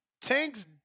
Tank's